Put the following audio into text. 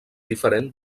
diferent